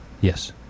Yes